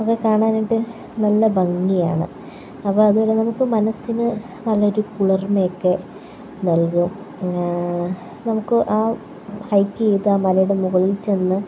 അത് കാണാനായിട്ട് നല്ല ഭംഗിയാണ് അപ്പം അതൊരു നമുക്ക് മനസ്സിന് നല്ലൊരു കുളിർമ ഒക്കെ നൽകും നമുക്ക് ആ ഹൈയ്ക്ക് ചെയ്താൽ മലയുടെ മുകളിൽച്ചെന്ന്